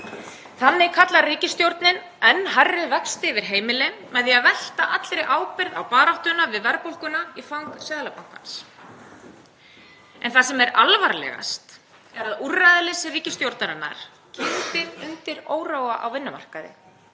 Þannig kallar ríkisstjórnin enn hærri vexti yfir heimilin með því að velta allri ábyrgð á baráttunni við verðbólguna í fang Seðlabankans. En það sem er alvarlegast er að úrræðaleysi ríkisstjórnarinnar kyndir undir óróa á vinnumarkaði